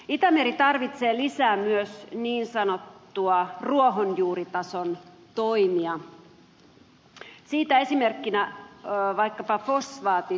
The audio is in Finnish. itämeri tarvitsee lisää myös niin sanottuja ruohonjuuritason toimia siitä esimerkkinä vaikkapa fosfaatittomat pesuaineet